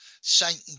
Satan